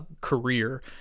career